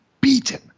beaten